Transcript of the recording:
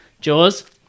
Jaws